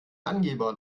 angeber